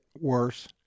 worse